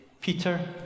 Peter